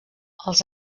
els